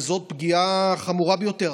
וזאת פגיעה חמורה ביותר.